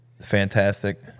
Fantastic